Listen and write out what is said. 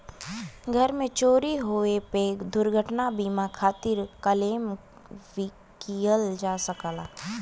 घर में चोरी होये पे दुर्घटना बीमा खातिर क्लेम किहल जा सकला